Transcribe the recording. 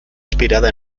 inspirada